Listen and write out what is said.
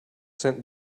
sent